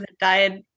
died